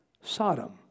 Sodom